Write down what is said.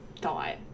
thought